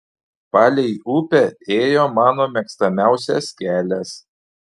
palei upę ėjo mano mėgstamiausias kelias